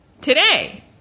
today